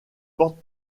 porte